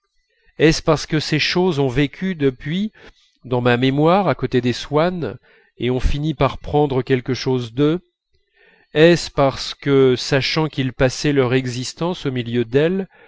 est-ce parce que ces choses ont vécu depuis dans ma mémoire à côté des swann et ont fini par prendre quelque chose d'eux est-ce que sachant qu'ils passaient leur existence au milieu d'elles